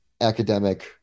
academic